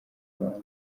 rwanda